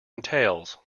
entails